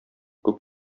күп